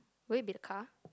will it be the car